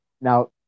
Now